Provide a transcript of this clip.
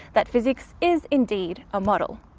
that physics is indeed a model.